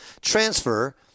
transfer